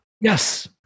Yes